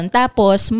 tapos